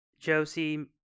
Josie